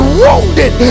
wounded